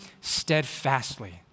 steadfastly